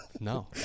No